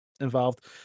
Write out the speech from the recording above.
involved